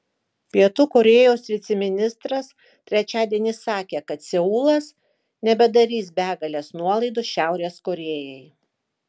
pietų korėjos viceministras trečiadienį sakė kad seulas nebedarys begalės nuolaidų šiaurės korėjai